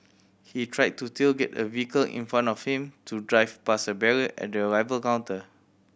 he tried to tailgate a vehicle in front of him to drive past a barrier at the arrival counter